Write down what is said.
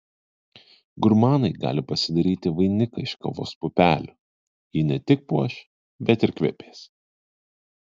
gurmanai gali pasidaryti vainiką iš kavos pupelių ji ne tik puoš bet ir kvepės